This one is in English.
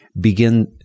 begin